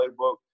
playbook